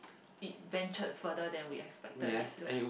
it ventured further than we expected it to